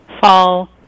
fall